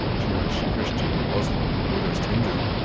jewish, christian, muslim, buddhist, hindu,